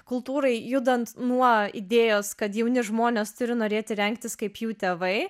kultūrai judant nuo idėjos kad jauni žmonės turi norėti rengtis kaip jų tėvai